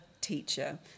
teacher